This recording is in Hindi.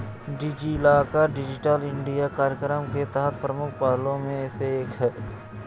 डिजिलॉकर डिजिटल इंडिया कार्यक्रम के तहत प्रमुख पहलों में से एक है